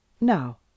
Now